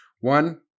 One